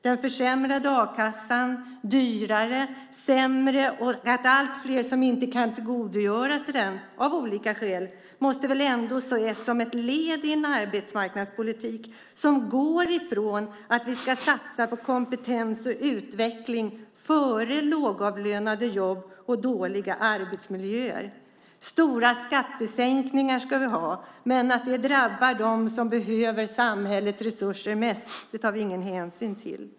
Den försämrade a-kassan blir dyrare. Det blir allt fler som inte kan tillgodogöra sig den av olika skäl. Det måste väl ändå ses som ett led i en arbetsmarknadspolitik som går ifrån satsningar på kompetens och utveckling till lågavlönade jobb och dåliga arbetsmiljöer? Det ska göras stora skattesänkningar. Men att det drabbar dem som behöver samhällets resurser mest tar man ingen hänsyn till.